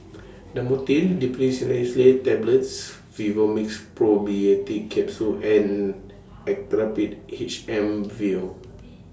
Dhamotil Diphenoxylate Tablets Vivomixx Probiotics Capsule and Actrapid H M Vial